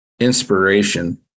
inspiration